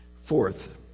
Fourth